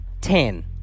ten